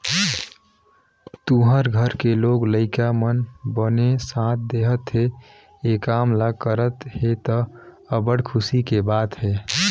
तुँहर घर के लोग लइका मन बने साथ देहत हे, ए काम ल करत हे त, अब्बड़ खुसी के बात हे